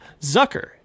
Zucker